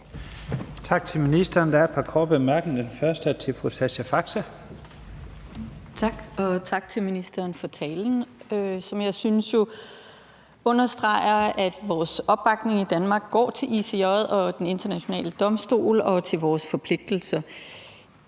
Tak til ministeren. Der er par korte bemærkninger. Den første er til fru Sascha Faxe. Kl. 11:13 Sascha Faxe (ALT): Tak, og tak til ministeren for talen, som jeg synes understreger, at vores opbakning i Danmark går til ICJ, Den Internationale Domstol, og til vores forpligtelser.